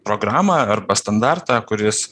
programą arba standartą kuris